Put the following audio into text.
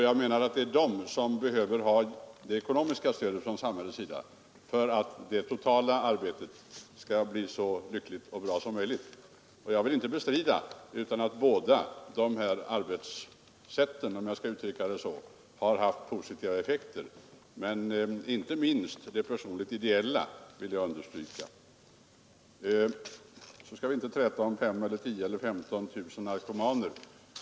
Jag menar att det är de sistnämnda som behöver ökat ekonomiskt stöd från samhällets sida för att resultatet av arbetet skall bli så lyckligt som möjligt. Jag bestrider inte att båda de här arbetssätten, om jag får uttrycka mig så, har haft positiva effekter, men jag vill understryka de personligt-ideella insatsernas betydelse. Slutligen skall vi inte träta om hurvida vi har 10 000 eller 15 000 skadade narkomaner.